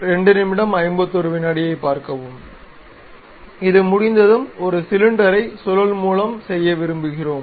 இது முடிந்ததும் ஒரு சிலிண்டரைச் சுழல் மூலம் செய்ய விரும்புகிறோம்